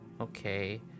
Okay